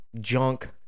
junk